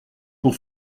pour